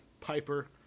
piper